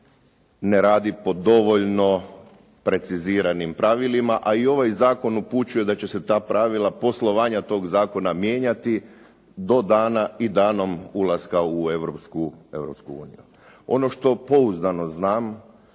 ne radi po dovoljno preciziranim pravilima, a i ovaj zakon upućuje da će se ta pravila poslovanja tog zakona mijenjati do dana i danom ulaska u Europsku uniju. Ono što pouzdano znam